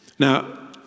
Now